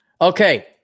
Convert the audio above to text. Okay